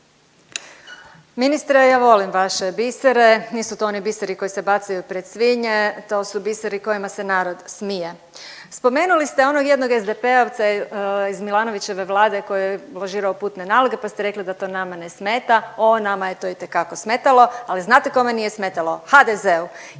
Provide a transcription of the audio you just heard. Ministre ja volim vaše bisere, nisu to oni biseri koji se bacaju pred svinje, to su biseri kojima se narod smije. Spomenuli ste onog jednog SDP-ovca iz Milanovićeve vlade koji je lažirao putne naloge pa ste to rekli da to nama ne smeta. Ooo nama je to itekako smetalo. Ali znate kome nije smetalo? HDZ-u